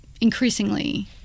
increasingly